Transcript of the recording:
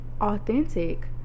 authentic